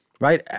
Right